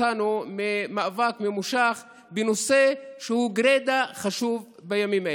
אותנו ממאבק ממושך בנושא שהוא גרידא חשוב בימים אלה.